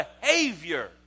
behavior